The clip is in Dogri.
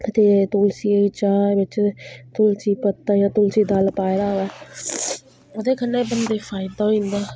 ते तुलसी दी चाह् बिच्च तुलसी पत्ता जां तुलदी दल पाए दा होऐ ओह्दे कन्नै बंदे फायदा होई जंदा